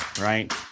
right